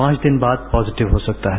पांच दिन बाद पॉजिटिव हो सकता है